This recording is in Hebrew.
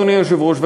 אדוני היושב-ראש,